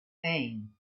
pain